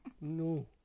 No